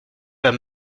pas